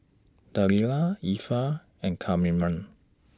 Delila Effa and Kamren